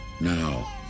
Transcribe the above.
Now